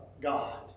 God